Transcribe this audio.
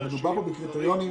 אנחנו